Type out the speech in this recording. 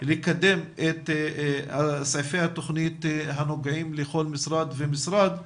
לקדם את סעיפי התוכנית הנוגעים לכל משרד ומשרד.